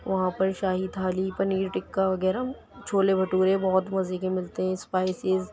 وہاں پر شاہی تھالی پنیر ٹکا وغیرہ چھولے بھٹورے بہت مزے کے ملتے ہیں اسپائسیز